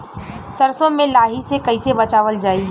सरसो में लाही से कईसे बचावल जाई?